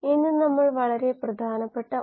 ഇപ്പോൾ മൊഡ്യൂൾ 5ൽ നമുക്ക് മുന്നോട്ട് പോകാം